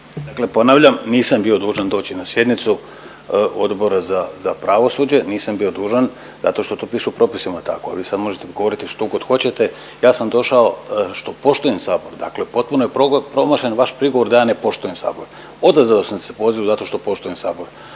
Dakle, ponavljam nisam bio dužan doći na sjednicu Odbora za pravosuđe. Nisam dužan zato što to piše u propisima tako, a vi sad možete govoriti što god hoćete. Ja sam došao što poštujem Sabor. Dakle, potpuno je promašen vaš prigovor da ja ne poštujem Sabor. Odazvao sam se pozivu zato što poštujem Sabor.